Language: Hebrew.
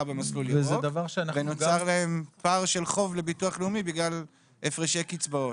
במסלול ירוק ונוצר להם פער של חוב לביטוח לאומי בגלל הפרשי קצבאות.